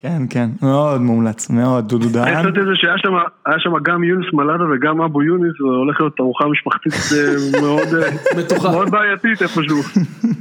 כן כן מאוד מומלץ מאוד דודו דהאן. אני חשבתי על זה שהיה שמה גם יונס מלאדה וגם אבו יוניס הולך להיות ארוחה משפחתית מאוד אה... מתוחה. מאוד בעייתית איפושהו.